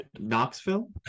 Knoxville